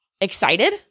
excited